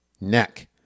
neck